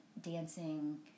dancing